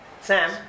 Sam